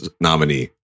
nominee